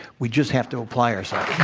we just have to apply ourselves.